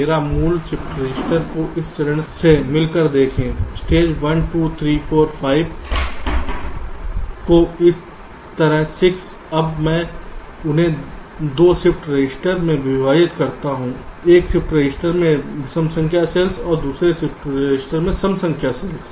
मेरे मूल shift register को इस चरण से मिलकर देखें स्टेज 1 2 3 4 5 को इस तरह 6 अब मैं उन्हें 2 शिफ्ट रजिस्टर में विभाजित करता हूं एक शिफ्ट रजिस्टर में विषम संख्या सेल्स के साथ और दूसरी शिफ्ट रजिस्टर में सम संख्या सेल्स